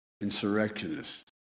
insurrectionists